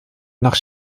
nach